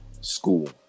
school